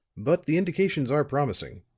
but the indications are promising.